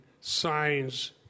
signs